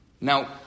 Now